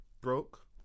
broke